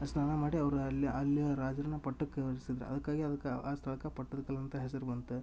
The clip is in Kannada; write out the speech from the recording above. ಸ್ನಾನ ಮಾಡಿ ಅವ್ರ ಅಲ್ಲಿ ಅಲ್ಲಿಯ ರಾಜರ್ನ ಪಟ್ಟಕ್ಕ ಏರಿಸಿದ್ರ ಅದಕ್ಕಾಗಿ ಅದಕ್ಕ ಆ ಸ್ಥಳಕ್ಕ ಪಟ್ಟದಕಲ್ಲಂತ ಹೆಸರು ಬಂತ